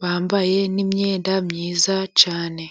bambaye ni imyenda myiza cyane.